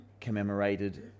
commemorated